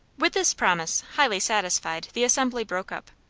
with this promise, highly satisfied, the assembly broke up.